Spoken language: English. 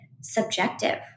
subjective